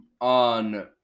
on